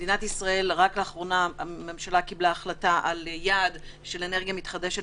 במדינת ישראל רק לאחרונה הממשלה קיבלה החלטה על יעד של אנרגיה מתחדשת